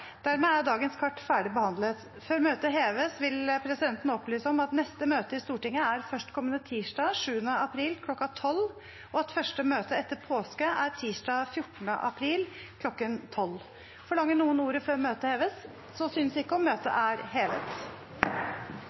Dermed er dagens kart ferdig behandlet. Før møtet heves, vil presidenten opplyse om at neste møte i Stortinget er tirsdag 7. april kl. 12, og at første møte etter påske er tirsdag 14. april kl. 12. Forlanger noen ordet før møtet heves? – Møtet er hevet.